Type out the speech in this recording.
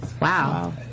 Wow